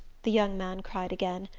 the young man cried again.